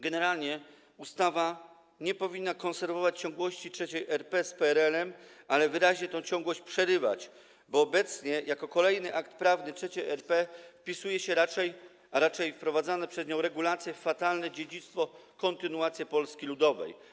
Generalnie ustawa nie powinna konserwować ciągłości III RP z PRL-em, ale wyraźnie tę ciągłość przerywać, bo obecnie jako kolejny akt prawny III RP wpisuje się ona - a raczej wprowadzane przez nią regulacje - w fatalne dziedzictwo, kontynuację Polski Ludowej.